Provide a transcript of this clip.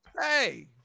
Hey